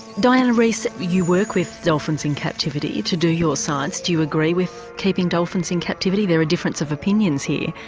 diana reiss, you work with dolphins in captivity to do your science, do you agree with keeping dolphins in captivity, there are differences of opinion here?